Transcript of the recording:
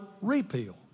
repeal